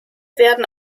werden